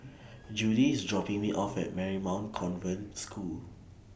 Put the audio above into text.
Judy IS dropping Me off At Marymount Convent School